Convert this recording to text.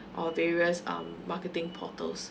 or various um marketing portals